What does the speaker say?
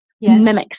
mimics